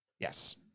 Yes